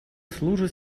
служат